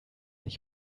ich